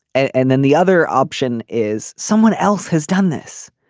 and then the other option is someone else has done this.